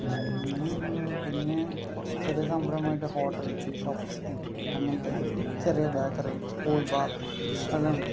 പിന്നെ എന്താ പിന്നെ ഹൊ ചെറിയ സംരംഭം ആയിട്ട് ഹോട്ടൽ ടീ ഷോപ്പ്സ് അങ്ങനത്തെ ചെറിയ ബേക്കറി കൂൾ ബാർ എല്ലാം ഉണ്ട്